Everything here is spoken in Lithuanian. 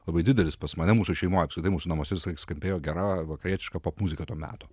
labai didelis pas mane mūsų šeimoj apskritai mūsų namuose visąlaik skambėjo gera vakarietiška popmuziką to meto